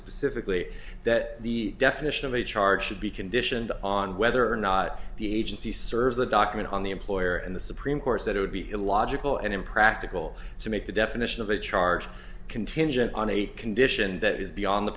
specifically that the definition of a charge should be conditioned on whether or not the agency serves the document on the employer and the supreme court said it would be illogical and impractical to make the definition of a charge contingent on a condition that is beyond the